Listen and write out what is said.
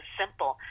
simple